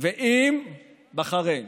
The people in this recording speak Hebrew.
ועם בחריין.